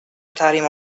تحریم